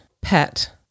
pet